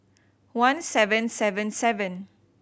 one seven seven seven